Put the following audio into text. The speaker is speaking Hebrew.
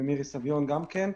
ומירי סביון גם כן.